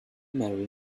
marry